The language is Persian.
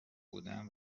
بودن